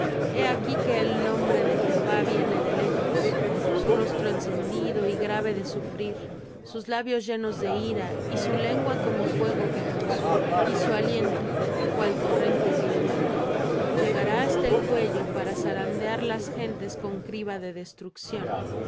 he aquí que el nombre de jehová viene de lejos su rostro encendido y grave de sufrir sus labios llenos de ira y su lengua como fuego que consume y su aliento cual torrente que inunda llegará hasta el cuello para zarandear las gentes con criba de destrucción